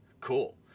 Cool